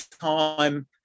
time